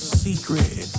secret